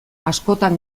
askotan